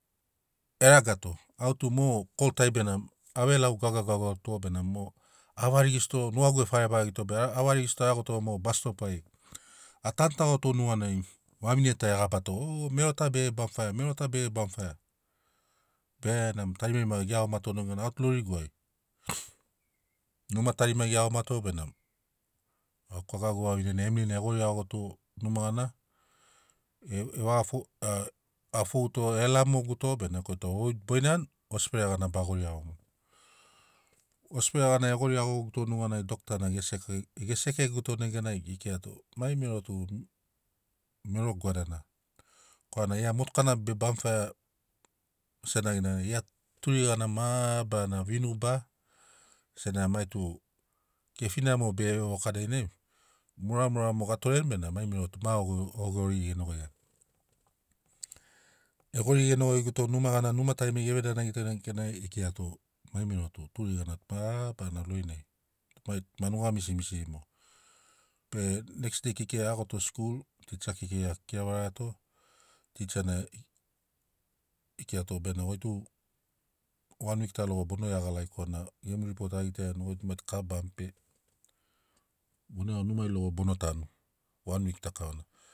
E ragato au tum o koltai benamo ave lau gagau gagauto benamo a varigisto nugagu farevagito be a varigisto a iagoto mo bas stop ai a tanutagotogoi nuganai vavine ta e gabato oo mero ta bege bamfaia mero ta bege bamfaia benamo tarimarima ge iagomato neganai au tu loriguai numa tarimari gi iagomato benamo au kakagu vavinena emili na e goriagoguto numa gana e- evaga fou- a a fouto e lamoguto benamo ekirato goi tu boinani osifere gana be gori iagomuni. Osifere gana e gori iagoguto neganai dokta na ge seke ge sekegu neganai ge kirato mai mero tu mero gwadana korana gia motuka na be bamfaia senagina gia turigana mabarana vinuba senagi maitu kefina mo bege vevoka dainai muramura mogo ga toreni benamo mai mero tu ma o go- gori genogoiani. E gori genogoiguto numa gana numa tarimari geve danagito neganai e kirato mai mero tu turigana mabarana lorinai mai manuga misi misiri mogo be neks dei kekei a iagoto skul ticha kekei a kira varaiato ticha na e kirato benamo goitu wan wiki ta logo bono iagaragi korana gemu ripot a gitaiani goi tu maitu ka bamp be bono iago numai logo bono tanu.